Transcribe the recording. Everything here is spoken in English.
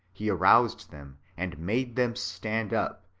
he aroused them, and made them stand up,